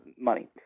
money